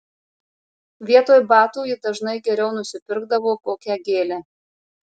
vietoj batų ji dažnai geriau nusipirkdavo kokią gėlę